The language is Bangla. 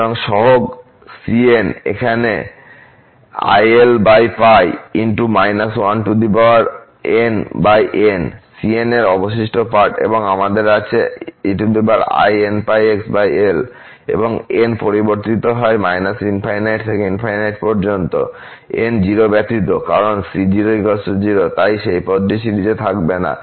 সুতরাং সহগ cn এখানে cn এর অবশিষ্ট পার্ট এবং আমাদের আছে e inπxl এবং n পরিবর্তিত হয় −∞ থেকে ∞ পর্যন্ত n0 ব্যতীত কারণ c00 তাই সেই পদটি সিরিজে থাকবে না